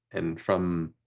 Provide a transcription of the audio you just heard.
and from